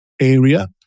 area